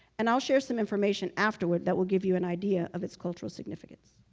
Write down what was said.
and i will share some information afterward that will give you an idea of its cultural significance.